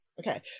Okay